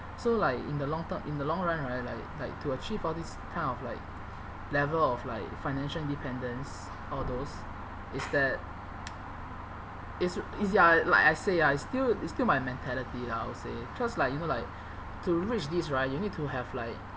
so like in the long term in the long run right like like to achieve all these kind of like level of like financial independence all those it's that it's it's ya like I say ya it's still it's still my mentality lah I would say cause like you know like to reach this right you need to have like